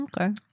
Okay